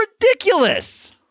ridiculous